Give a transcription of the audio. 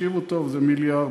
תקשיבו טוב, זה מיליארדים.